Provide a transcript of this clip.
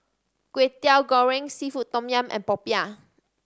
Kwetiau Goreng seafood tom yum and popiah